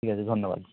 ঠিক আছে ধন্যবাদ